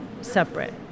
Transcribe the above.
separate